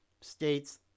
states